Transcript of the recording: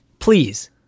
Please